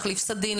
להחליף סדין,